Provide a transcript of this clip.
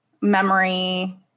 memory